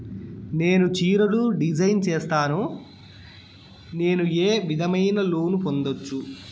నేను చీరలు డిజైన్ సేస్తాను, నేను ఏ విధమైన లోను పొందొచ్చు